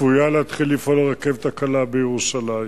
צפויה להתחיל לפעול הרכבת הקלה בירושלים.